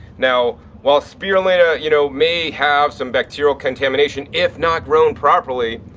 now while spirulina, you know, may have some bacterial contamination if not grown properly,